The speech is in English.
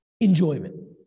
enjoyment